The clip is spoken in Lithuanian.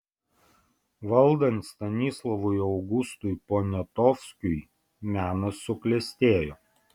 valdant stanislovui augustui poniatovskiui menas suklestėjo